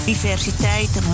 Diversiteit